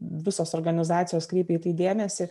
visos organizacijos kreipė į tai dėmesį